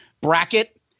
bracket